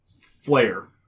flare